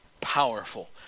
powerful